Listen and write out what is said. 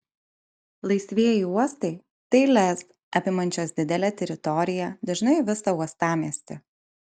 laisvieji uostai tai lez apimančios didelę teritoriją dažnai visą uostamiestį